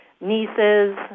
nieces